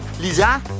Lisa